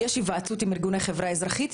יש היוועצות עם ארגוני חברה אזרחית.